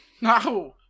No